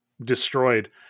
destroyed